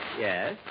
Yes